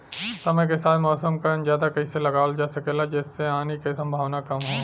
समय के साथ मौसम क अंदाजा कइसे लगावल जा सकेला जेसे हानि के सम्भावना कम हो?